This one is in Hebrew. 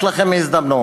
יש לכם הזדמנות.